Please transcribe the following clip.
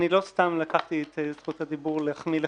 לא סתם ביקשתי את זכות הדיבור כדי להחמיא לך.